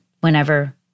whenever